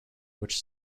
which